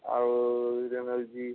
ଆଉ ଏନର୍ଜି